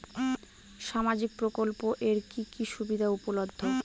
সামাজিক প্রকল্প এর কি কি সুবিধা উপলব্ধ?